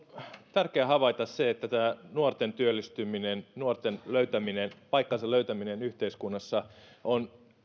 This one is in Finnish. tärkeää havaita se että tämä nuorten työllistyminen nuorten paikkansa löytäminen yhteiskunnassa on